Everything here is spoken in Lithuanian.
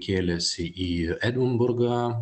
kėlėsi į edinburgą